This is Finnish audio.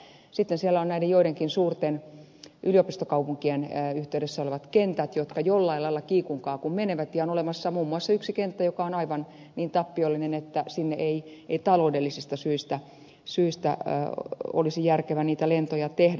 sitten siellä on näiden joidenkin suurten yliopistokaupunkien yhteydessä olevat kentät jotka jollain lailla kiikun kaakun menevät ja on olemassa muun muassa yksi kenttä joka on niin tappiollinen että sinne ei taloudellisista syistä olisi järkevää niitä lentoja tehdä